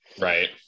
Right